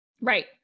Right